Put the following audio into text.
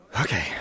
Okay